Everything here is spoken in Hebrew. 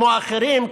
כמו אחרים,